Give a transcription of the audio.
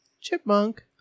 chipmunk